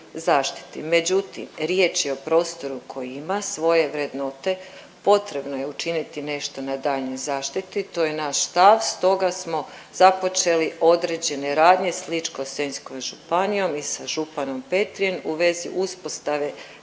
Međutim, riječ je o prostoru koji ima svoje vrednote, potrebno je učiniti nešto na daljnjoj zaštiti. To je naš stav. Stoga smo započeli određene radnje s Ličko-senjskom županijom i sa županom Petrin u vezi uspostave